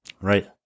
Right